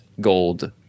gold